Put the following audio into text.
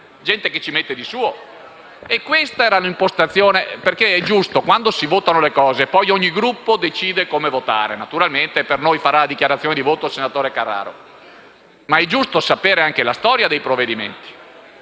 gente che ci mette del suo. Questa era l'impostazione. Quando si votano i provvedimenti, ogni Gruppo decide come votare e naturalmente per noi farà la dichiarazione di voto il senatore Carraro, ma è giusto conoscere anche la storia dei provvedimenti.